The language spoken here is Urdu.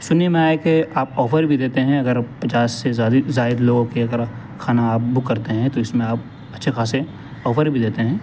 سننے میں آیا کہ آپ آفر بھی دیتے ہیں اگر پچاس سے زیادہ زائد لوگوں کی اگر کھانا آپ بک کرتے ہیں تو اس میں آپ اچھے خاصے آفر بھی دیتے ہیں